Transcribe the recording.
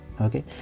Okay